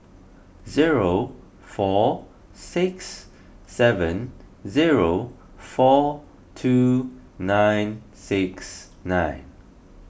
zero four six seven zero four two nine six nine